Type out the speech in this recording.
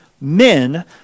men